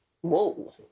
Whoa